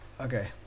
Okay